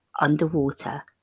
underwater